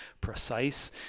precise